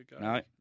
No